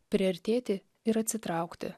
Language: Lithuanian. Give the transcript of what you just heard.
priartėti ir atsitraukti